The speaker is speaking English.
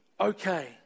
okay